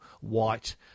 white